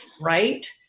Right